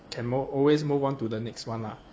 can mo~ always move onto the next one lah